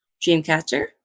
Dreamcatcher